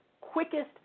quickest